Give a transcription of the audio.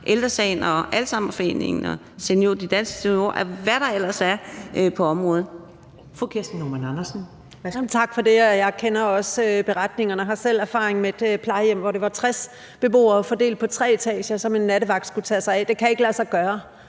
(Karen Ellemann): Fru Kirsten Normann Andersen. Kl. 11:07 Kirsten Normann Andersen (SF): Tak for det. Jeg kender også beretningerne og har selv erfaring med et plejehjem, hvor det var 60 beboere fordelt på tre etager, som en nattevagt skulle tage sig af. Det kan ikke lade sig gøre,